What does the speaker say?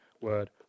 Word